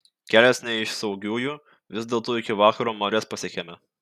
kelias ne iš saugiųjų vis dėlto iki vakaro marias pasiekėme